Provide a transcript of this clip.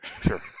sure